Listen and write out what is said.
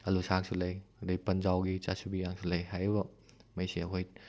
ꯑꯂꯨꯁꯥꯛꯁꯨ ꯂꯩ ꯑꯗꯨꯗꯩ ꯄꯟꯖꯥꯎꯒꯤ ꯆꯥꯁꯨꯕꯤꯒꯁꯨ ꯂꯩ ꯍꯥꯏꯔꯤꯕ ꯃꯈꯩꯁꯤ ꯑꯩꯈꯣꯏ